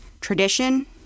tradition